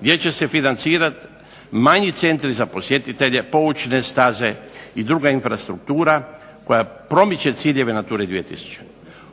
gdje će se financirati manji centri za posjetitelje, …/Govornik se ne razumije./… staze, i druga infrastruktura koja promiče ciljeve nature 2000,